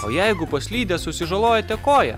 o jeigu paslydęs susižalojate koją